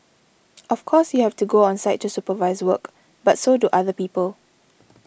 of course you have to go on site to supervise work but so do other people